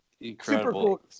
Incredible